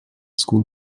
school